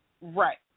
Right